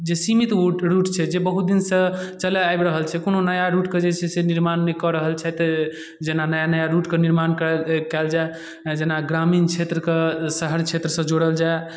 जे सीमित रूट छै जे बहुत दिनसँ चलि आबि रहल छै कोनो नया रूटके जे छै से निर्माण नहि कऽ रहल छथि जेना नया नया रूटके निर्माण कएल जाए जेना ग्रामीण क्षेत्रके शहर क्षेत्रसँ जोड़ल जाए